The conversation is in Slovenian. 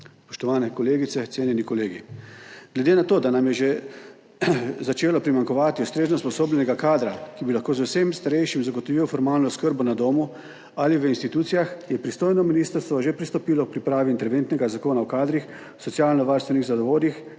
Spoštovane kolegice, cenjeni kolegi! Glede na to, da nam je že začelo primanjkovati ustrezno usposobljenega kadra, ki bi lahko vsem starejšim zagotovil formalno oskrbo na domu ali v institucijah, je pristojno ministrstvo že pristopilo k pripravi interventnega Zakona o kadrih v socialno varstvenih zavodih,